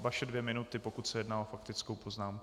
Vaše dvě minuty, pokud se jedná o faktickou poznámku.